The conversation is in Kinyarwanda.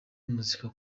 muzika